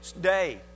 day